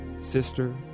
sister